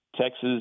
Texas